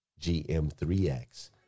GM3X